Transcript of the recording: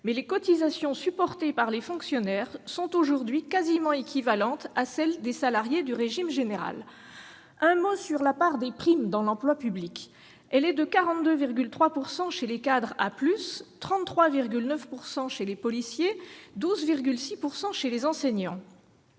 mais les cotisations supportées par les fonctionnaires sont aujourd'hui quasiment équivalentes à celles des salariés du régime général. Quant à la part des primes dans l'emploi public, elle est de 42,3 % pour les cadres A+, 33,9 % pour les policiers et 12,6 % pour les enseignants.